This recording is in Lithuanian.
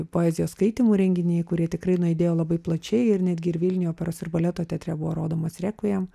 poezijos skaitymų renginiai kurie tikrai nuaidėjo labai plačiai ir netgi ir vilniuje operos ir baleto teatre buvo rodomas rekvijam